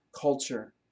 culture